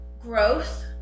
growth